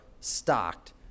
stocked